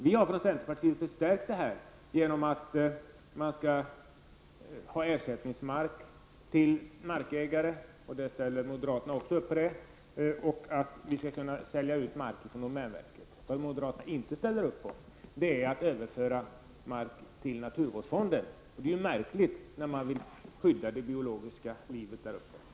Vi i centern har förstärkt det här genom att fastslå att man skall ha ersättningsmark till markägare, och det ställer också moderaterna upp på, och att vi skall kunna sälja ut mark från domänverket. Moderaterna ställer däremot inte upp på att överföra mark till naturvårdsfonden. Det är märkligt om man påstår sig vilja skydda de fjällnära områdena.